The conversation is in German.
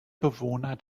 bewohner